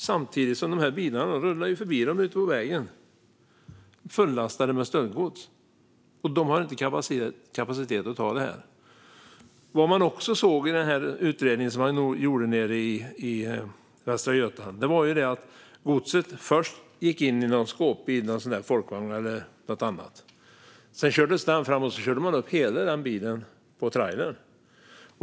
Samtidigt rullar bilar fullastade med stöldgods förbi dem ute på vägen, men de har inte kapacitet att ta dem. Vad man också såg i den utredning som gjordes i Västra Götaland var att godset först går in i en skåpbil, en folkvagn eller något annat, och sedan körs hela bilen upp på en trailer.